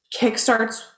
kickstarts